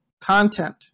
content